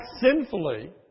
sinfully